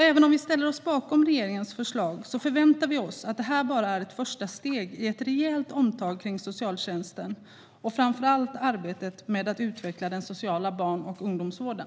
Även om vi ställer oss bakom regeringens förslag förväntar vi oss att detta bara är ett första steg i ett rejält omtag av socialtjänsten, framför allt arbetet med att utveckla den sociala barn och ungdomsvården.